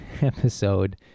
episode